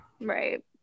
Right